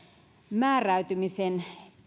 määräytymisen